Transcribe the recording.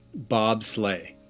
bobsleigh